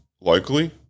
locally